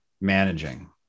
managing